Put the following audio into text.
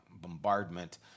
bombardment